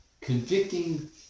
convicting